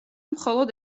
მხოლოდ